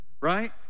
right